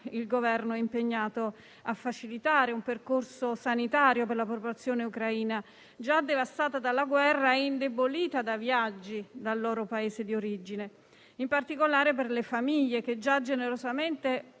il Governo è impegnato a facilitare un percorso sanitario per la popolazione ucraina già devastata dalla guerra e indebolita dai viaggi dal loro Paese di origine, in particolare per le famiglie che già generosamente